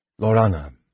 Lorana